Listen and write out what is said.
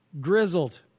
grizzled